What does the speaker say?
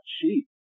cheap